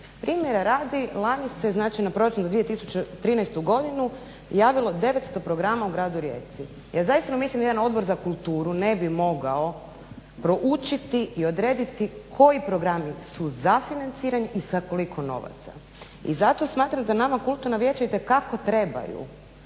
Primjer radi, lani se za proračun 2013. godinu javilo 900 programa u gradu Rijeci. Ja zaista mislim da jedan odbor za kulturu ne bi mogao proučiti i odrediti koji programi su za sufinanciranje i sa koliko novaca, i zato smatram da nama kulturna vijeća itekako trebaju